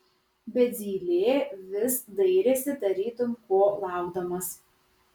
bet zylė vis dairėsi tarytum ko laukdamas